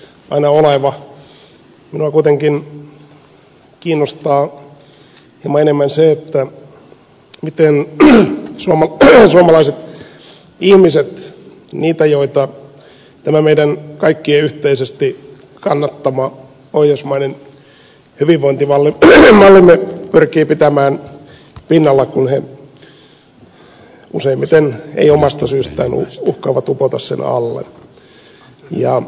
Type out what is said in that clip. minua kuitenkin kiinnostaa hieman enemmän se miten pärjäävät suomalaiset ihmiset joita meidän kaikkien yhteisesti kannattama pohjoismainen hyvinvointimallimme pyrkii pitämään pinnalla kun he useimmiten eivät omasta syystään uhkaavat upota sen alle